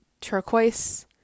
turquoise